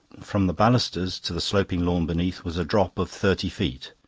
from the balusters to the sloping lawn beneath was a drop of thirty feet.